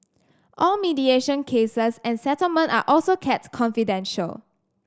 all mediation cases and settlement are also kept confidential